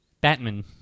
Batman